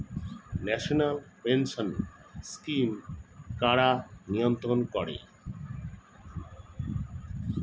National pension scheme কারা নিয়ন্ত্রণ করে?